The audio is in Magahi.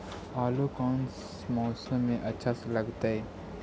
आलू कौन मौसम में अच्छा से लगतैई?